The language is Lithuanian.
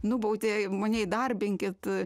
nubaudė mane įdarbinkit